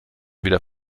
wieder